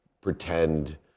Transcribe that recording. pretend